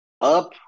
up